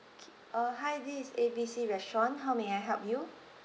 uh hi this is A B C restaurant how may I help you